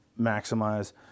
maximize